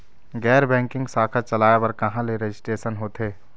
गैर बैंकिंग शाखा चलाए बर कहां ले रजिस्ट्रेशन होथे?